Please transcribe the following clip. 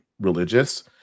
religious